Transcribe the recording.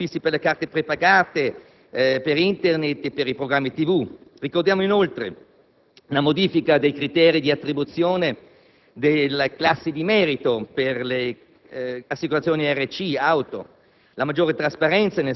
costi fissi per le carte prepagate, per Internet e i programmi tv. Ricordiamo, inoltre, la modifica dei criteri d'attribuzione delle classi di merito per le assicurazioni RC Auto